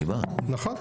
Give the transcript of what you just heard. עופר,